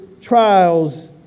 trials